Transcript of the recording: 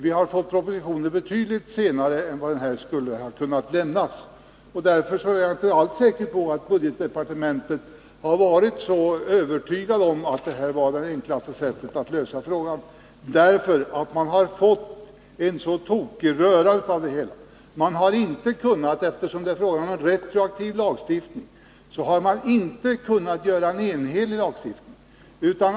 Vi har fått propositioner betydligt senare än när denna skulle ha kunnat lämnas, och därför är jag inte säker på att man i budgetdepartementet varit övertygad om att detta var det enklaste sättet att lösa frågan. Nu har man fått en sådan tokig röra. Eftersom detta gäller en retroaktiv lagstiftning har man inte kunnat göra den enhetlig.